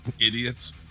idiots